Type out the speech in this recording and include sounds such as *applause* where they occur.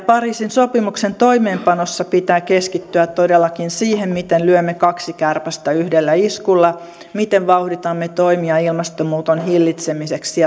*unintelligible* pariisin sopimuksen toimeenpanossa pitää keskittyä todellakin siihen miten lyömme kaksi kärpästä yhdellä iskulla miten vauhditamme toimia ilmastonmuutoksen hillitsemiseksi *unintelligible*